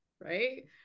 right